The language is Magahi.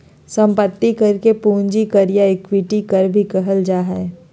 संपत्ति कर के पूंजी कर या इक्विटी कर भी कहल जा हइ